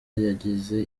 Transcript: yageze